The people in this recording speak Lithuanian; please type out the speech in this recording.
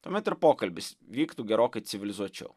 tuomet ir pokalbis vyktų gerokai civilizuočiau